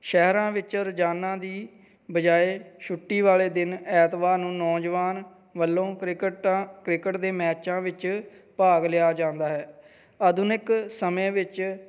ਸ਼ਹਿਰਾਂ ਵਿੱਚ ਰੋਜ਼ਾਨਾ ਦੀ ਬਜਾਏ ਛੁੱਟੀ ਵਾਲੇ ਦਿਨ ਐਤਵਾਰ ਨੂੰ ਨੌਜਵਾਨ ਵੱਲੋਂ ਕ੍ਰਿਕਟਾ ਕ੍ਰਿਕਟ ਦੇ ਮੈਚਾਂ ਵਿੱਚ ਭਾਗ ਲਿਆ ਜਾਂਦਾ ਹੈ ਆਧੁਨਿਕ ਸਮੇਂ ਵਿੱਚ